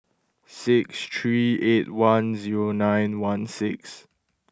six three eight one zero nine one six